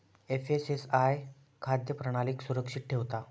FSSAI खाद्य प्रणालीक सुरक्षित ठेवता